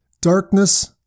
Darkness